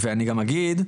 ואני גם אגיד,